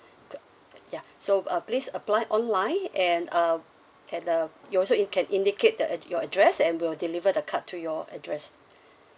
ya so uh please apply online and um and uh you also in can indicate the uh your address and we'll deliver the card to your address